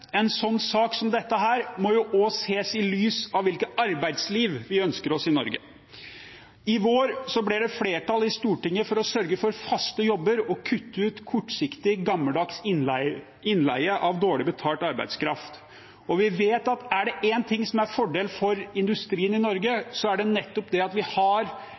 En sak som dette må ses i lys av hvilket arbeidsliv vi ønsker oss i Norge. I vår ble det flertall i Stortinget for å sørge for faste jobber og kutte ut kortsiktig, gammeldags innleie av dårlig betalt arbeidskraft. Og vi vet at er det én ting som er en fordel for industrien i Norge, er det nettopp det at vi har